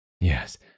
Yes